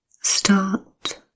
start